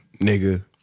nigga